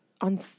on